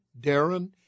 Darren